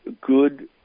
good